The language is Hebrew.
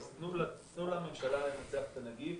אז תנו לממשלה לנצח את הנגיף,